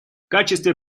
качестве